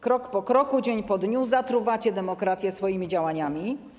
Krok po kroku, dzień po dniu zatruwacie demokrację swoimi działaniami.